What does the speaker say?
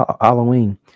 Halloween